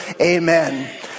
Amen